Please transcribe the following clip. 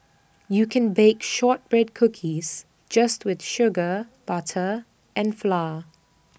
you can bake Shortbread Cookies just with sugar butter and flour